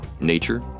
nature